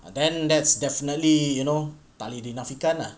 and then that's definitely you know parleyed didn't african lah